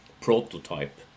prototype